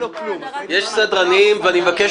אני מבקש